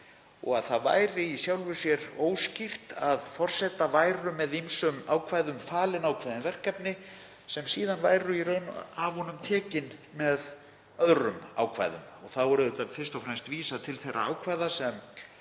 og að það væri í sjálfu sér óskýrt að forseta væru með ýmsum ákvæðum falin ákveðin verkefni sem síðan væru í raun tekin af honum með öðrum ákvæðum. Þá er fyrst og fremst vísað til þeirra ákvæða sem